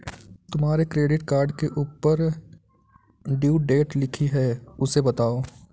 तुम्हारे credit card के ऊपर ड्यू डेट लिखी है उसे बताओ